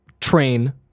train